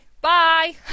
Bye